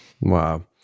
wow